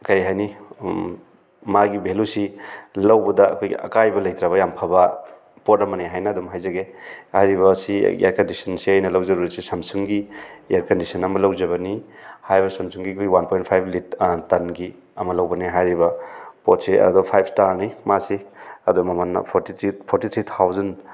ꯀꯩ ꯍꯥꯏꯅꯤ ꯃꯥꯒꯤ ꯚꯦꯂꯨꯁꯤ ꯂꯧꯕꯗ ꯑꯩꯈꯣꯏꯒꯤ ꯑꯀꯥꯏꯕ ꯂꯩꯇ꯭ꯔꯕ ꯌꯥꯝ ꯐꯕ ꯄꯣꯠ ꯑꯃꯅꯤ ꯍꯥꯏꯅ ꯑꯗꯨꯝ ꯍꯥꯏꯖꯒꯦ ꯍꯥꯏꯔꯤꯕ ꯑꯁꯤ ꯏꯌꯥꯔ ꯀꯟꯗꯤꯁꯟꯁꯤ ꯑꯩꯅ ꯂꯧꯖꯔꯨꯔꯤꯁꯦ ꯁꯥꯝꯁꯨꯡꯒꯤ ꯏꯌꯥꯔ ꯀꯟꯗꯤꯁꯟ ꯑꯃ ꯂꯧꯖꯕꯅꯤ ꯍꯥꯏꯔꯤꯕ ꯁꯥꯝꯁꯨꯡꯒꯤ ꯑꯩꯈꯣꯏꯒꯤ ꯋꯥꯟ ꯄꯣꯏꯟ ꯐꯥꯏꯕ ꯇꯟꯒꯤ ꯑꯃ ꯂꯧꯕꯅꯦ ꯍꯥꯏꯔꯤꯕ ꯄꯣꯠꯁꯦ ꯑꯗꯨ ꯐꯥꯏꯕ ꯏꯁꯇꯥꯔꯅꯤ ꯃꯥꯁꯤ ꯑꯗꯣ ꯃꯃꯟꯅ forty three forty three thousand